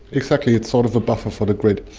exactly, it's sort of a buffer for the grid,